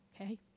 Okay